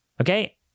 Okay